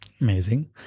Amazing